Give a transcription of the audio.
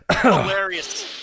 Hilarious